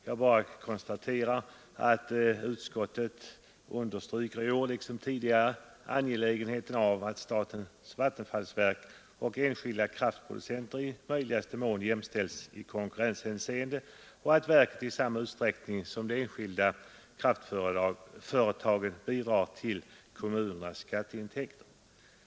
Jag bara konstaterar att utskottet i år liksom tidigare understryker angelägenheten av att statens vattenfallsverk och enskilda kraftproducenter i möjligaste mån jämställs i konkurrenshänseende och att verket i samma utsträckning som de enskilda kraftföretagen bidrar till kommunernas skatteintäkter.